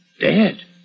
Dead